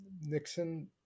Nixon